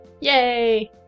Yay